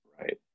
right